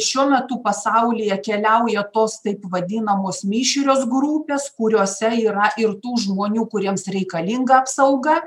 šiuo metu pasaulyje keliauja tos taip vadinamos mišrios grupės kuriose yra ir tų žmonių kuriems reikalinga apsauga